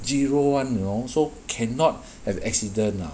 zero [one] you know so cannot have accident ah